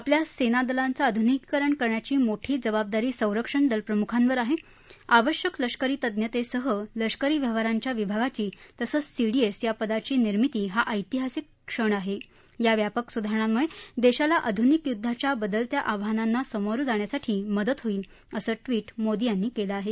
आपल्या सेनादलांचं आधुनिकीकरण करण्याची मोठी जबाबदारी संरक्षणदलप्रमुखांवर आहे आवश्यक लष्करी तज्ज्ञतेसह लष्करी व्यवहारांच्या विभागाची तसंच सीडीएस या पदाची निर्मिती हा ऐतिहासिक क्षण आहे या व्यापक सुधारणांमुळे देशाला आधुनिक युद्वाच्या बदलत्या आवाहनांना सामोरं जाण्यास मदत होईल असं ट्विट मोदी यांनी केलं आहे